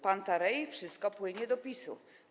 Panta rhei, wszystko płynie do PiS-u.